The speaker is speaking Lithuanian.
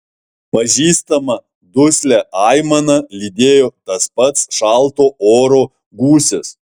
pažįstamą duslią aimaną lydėjo tas pats šalto oro gūsis